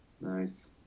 Nice